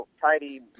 tidy